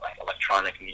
electronic